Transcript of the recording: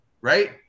right